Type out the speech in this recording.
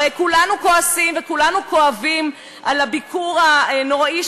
הרי כולנו כועסים על הביקור וכולנו כואבים את הביקור הנורא של